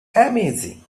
amazing